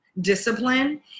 discipline